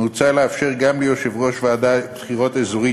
מוצע לאפשר גם ליושב-ראש ועדת בחירות אזורית,